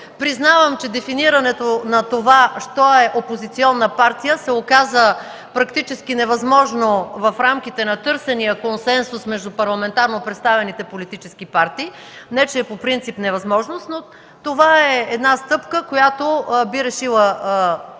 Признавам, че дефинирането на това: „Що е опозиционна партия?” се оказа практически невъзможно в рамките на търсения консенсус между парламентарно представените политически партии. Не че по принцип е невъзможно, но това е стъпка, която би решила този